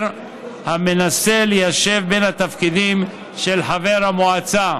המנסה ליישב בין התפקידים של חבר המועצה.